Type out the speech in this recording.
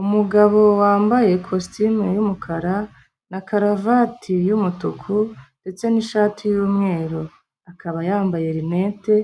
Umugabo wambaye kositime y'umukara na karuvati y'umutuku ndetse n'ishati y'umweru. Akaba yambaye rinete,